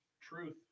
Truth